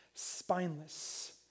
spineless